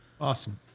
Awesome